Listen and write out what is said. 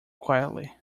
quietly